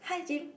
hi Jim